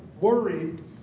worried